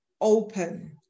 open